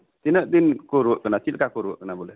ᱛᱤᱱᱟᱹᱜ ᱫᱤᱱ ᱠᱚ ᱨᱩᱣᱟᱹᱜ ᱠᱟᱱᱟ ᱪᱮᱫ ᱞᱮᱠᱟ ᱠᱚ ᱨᱩᱣᱟᱹᱜ ᱠᱟᱱᱟ ᱵᱚᱞᱮ